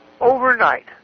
overnight